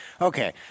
okay